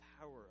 power